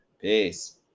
peace